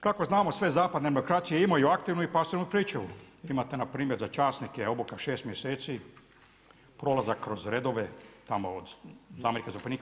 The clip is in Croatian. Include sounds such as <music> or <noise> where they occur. Kako znamo sve zapadne demokracije imaju aktivnu i pasivnu pričuvu, imate npr. za časnike obuku 6 mjeseci, prolazak kroz redove tamo od … <unintelligible> do dalje.